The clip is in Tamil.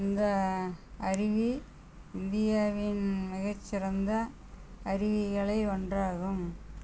இந்த அருவி இந்தியாவின் மிகச்சிறந்த அருவிகளை ஒன்றாகும்